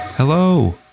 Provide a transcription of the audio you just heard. Hello